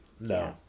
no